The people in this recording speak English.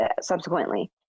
subsequently